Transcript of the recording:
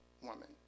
woman